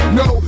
no